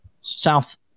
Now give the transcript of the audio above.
South